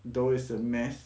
though is the mass